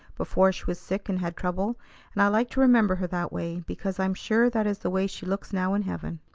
before she was sick and had trouble and i like to remember her that way, because i'm sure that is the way she looks now in heaven.